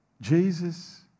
Jesus